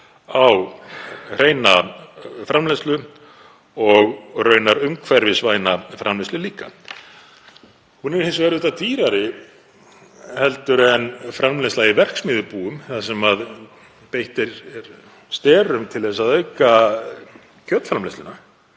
á hreina framleiðslu og raunar umhverfisvæna framleiðslu líka. Hún er hins vegar auðvitað dýrari en framleiðsla á verksmiðjubúum þar sem beitt er sterum til þess að auka kjötframleiðsluna.